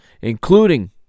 including